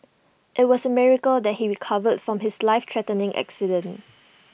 IT was A miracle that he recovered from his life threatening accident